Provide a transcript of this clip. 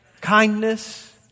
Kindness